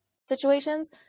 situations